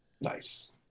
nice